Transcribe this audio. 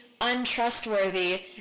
untrustworthy